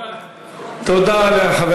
תודה לחבר